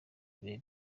ibihe